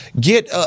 get